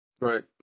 Right